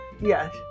yes